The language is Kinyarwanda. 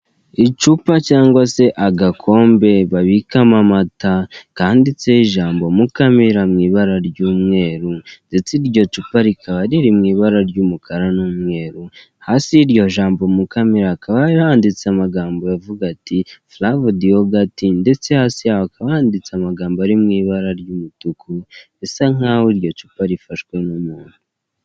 Icupa cyangwa se agakombe babikamo amata kanditse ijambo mukamira mu ibara ry'umweru, ndetse iryo cupa rikaba riri mu ibara ry'umukara n'umweru hasi yiryo jambo mukamira hakaba hari handitse amagambo avuga ati '' faravudi yogati'' ndetse hasi yaryo hakaba handitse amagambo ari mu ibara ry'umutuku, risa nkaho iryo cupa rifashwe n'umuntu.